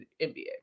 NBA